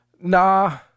Nah